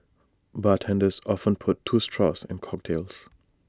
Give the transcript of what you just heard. bartenders often put two straws in cocktails